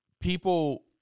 people